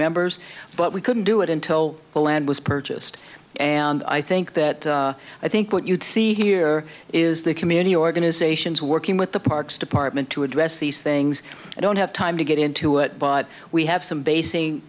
members but we couldn't do it until the land was purchased and i think that i think what you'd see here is the community organizations working with the parks department to address these things i don't have time to get into it but we have some basi